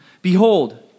Behold